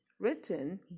Written